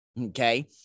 okay